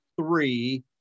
three